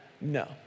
no